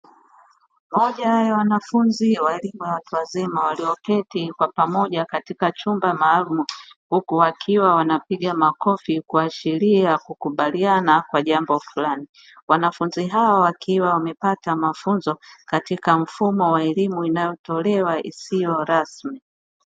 Moja ya wanafunzi wa elimu ya watu wazima walioketi kwa pamoja katika chumba maalumu; huku wakiwa wanapiga makofi kuashiria kukubaliana kwa jambo fulani. Wanafunzi hao wakiwa wamepata mafunzo katika mfumo wa elimu inayotolewa isiyo rasmi.